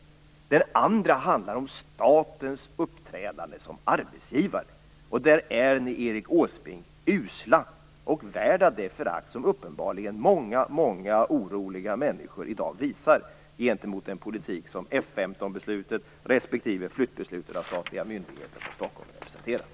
Det andra handlar om statens uppträdande som arbetsgivare. Där är ni, Erik Åsbrink, usla och värda det förakt som uppenbarligen många oroliga människor i dag visar gentemot den politik som beslutet om F 15 respektive beslutet om flyttning av statliga myndigheter från Stockholm representerar.